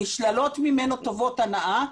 נשללות ממנו טובות הנאה.